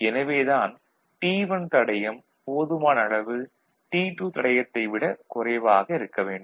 எனவே தான் T1 தடையம் போதுமானளவு T2 தடையத்தை விட குறைவாக இருக்க வேண்டும்